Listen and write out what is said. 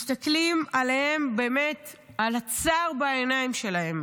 מסתכלים עליהם, באמת, על הצער בעיניים שלהם